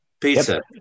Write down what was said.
Peter